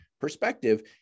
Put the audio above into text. perspective